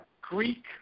Greek –